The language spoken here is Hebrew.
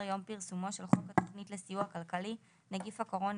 יום פרסומו של חוק התוכנית לסיוע כלכלי (נגיף הקורונה